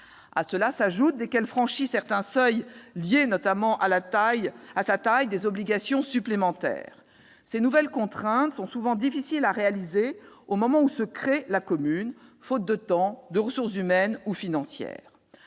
À cela s'ajoutent, dès lors que la commune franchit certains seuils liés notamment à sa taille, des obligations supplémentaires. Ces nouvelles contraintes sont souvent difficiles à respecter au moment où se crée la commune, faute de temps et de ressources humaines ou financières.